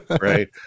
right